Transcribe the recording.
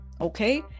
Okay